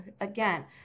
again